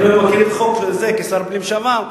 אני מכיר את החוק הזה כשר הפנים לשעבר,